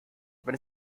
wenn